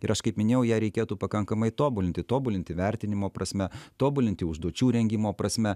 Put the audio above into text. ir aš kaip minėjau ją reikėtų pakankamai tobulinti tobulinti vertinimo prasme tobulinti užduočių rengimo prasme